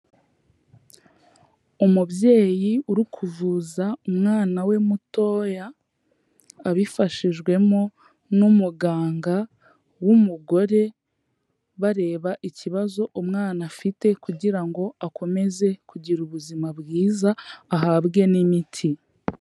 Umubyeyi uri kuvuza umwana we mutoya, abifashijwemo n'umuganga w'umugore bareba ikibazo umwana afite kugira ngo akomeze kugira ubuzima bwiza, ahabwe n'imiti.